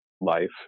life